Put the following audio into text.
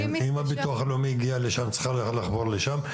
ואם אנשי הביטוח הלאומי הגיעו לשם היא צריכה לחבור אליהם.